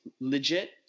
legit